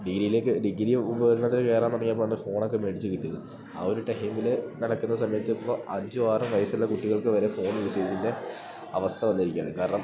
ഡിഗ്രീയിലേക്ക് ഡിഗ്രി ഉപരി പഠനത്തിന് കേറാൻ തൊടങ്ങിയപ്പാണ് ഫോണക്കെ മേടിച്ച് കിട്ടിയത് ആ ഒരു ടൈമില് നടക്കുന്ന സമയത്തിപ്പോ അഞ്ചും ആറും വയസ്സുള്ള കുട്ടികൾക്ക് വരെ ഫോൺ യൂസേജിൻ്റെ അവസ്ഥ വന്നിരിക്കാണ് കാരണം